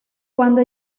cuando